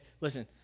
listen